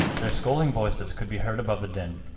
their scolding voices could be heard above the din.